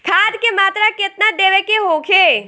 खाध के मात्रा केतना देवे के होखे?